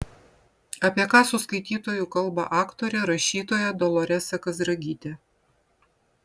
apie ką su skaitytoju kalba aktorė rašytoja doloresa kazragytė